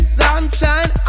sunshine